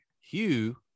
Hugh